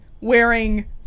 wearing